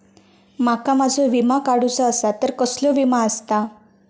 माका माझो विमा काडुचो असा तर कसलो विमा आस्ता?